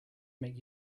make